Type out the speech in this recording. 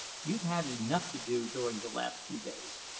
you've had enough to do during the last few days.